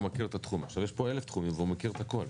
הוא מכיר את התחום' יש פה 1,000 תחומים והוא מכיר את הכל.